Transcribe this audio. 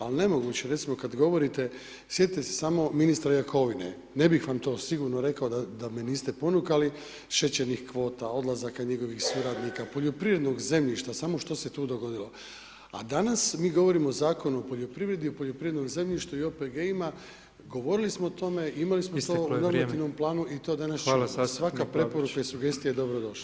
Ali nemoguće, recimo, kada govorite, sjetite se samo ministra Jakovine, ne bih vam to sigurno rekao da me niste ponukali, šećernih kvota, odlazaka njegovih suradnika, poljoprivrednog zemljišta, samo što se tu dogodilo, a danas mi govorimo o Zakonu o poljoprivredi, o poljoprivrednom zemljištu i OPG-ima, govorili smo o tome, imali smo [[Upadica: Isteklo je vrijeme]] to u normativnom planu i to danas [[Upadica: Hvala zastupnik Babić]] [[Govornik se ne razumije]] svaka preporuka i sugestija je dobro došla.